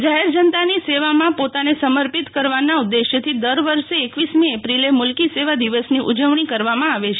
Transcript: જાહેર જનતાની સેવામાં પોતાને સમર્પિત કરવાનાં ઉદેશથી દર વર્ષે એકવીસમી એપ્રિલે મુલ્કી સેવા દિવસની ઉજવણી કરવામાં આવે છે